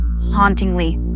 hauntingly